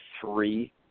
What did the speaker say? three